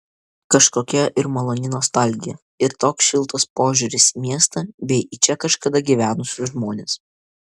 kažkokia ir maloni nostalgija ir toks šiltas požiūris į miestą bei į čia kažkada gyvenusius žmones